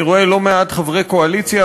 אני רואה לא מעט חברי קואליציה,